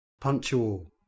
Punctual